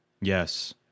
Yes